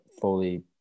fully